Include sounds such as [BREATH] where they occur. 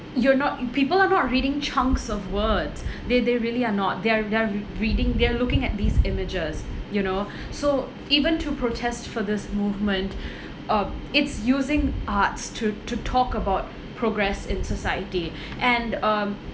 you're not people are not reading chunks of words [BREATH] they they really are not they're they're reading they are looking at these images you know [BREATH] so even to protest for this movement [BREATH] um it's using arts to to talk about progress in society [BREATH] and um